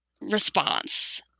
response